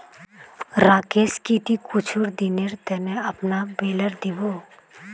राकेश की ती कुछू दिनेर त न अपनार बेलर दी बो